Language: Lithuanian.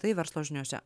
tai verslo žiniose